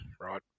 right